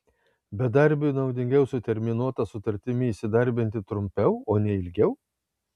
bedarbiui naudingiau su terminuota sutartimi įsidarbinti trumpiau o ne ilgiau